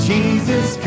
Jesus